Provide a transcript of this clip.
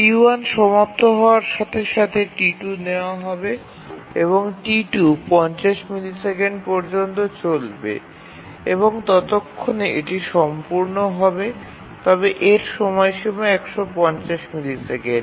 T1 সমাপ্ত হওয়ার সাথে সাথে T2 নেওয়া হবে এবং T2 ৫০ মিলিসেকেন্ড পর্যন্ত চলবে এবং ততক্ষণে এটি সম্পূর্ণ হবে তবে এর সময়সীমা ১৫০ মিলিসেকেন্ড